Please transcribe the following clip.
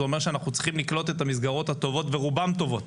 זה אומר שאנחנו צריכים לקלוט את המסגרות הטובות ורובן טובות,